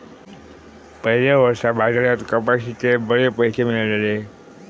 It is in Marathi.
पयल्या वर्सा बाजारात कपाशीचे बरे पैशे मेळलले